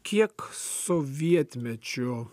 kiek sovietmečiu